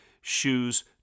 shoes